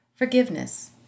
Forgiveness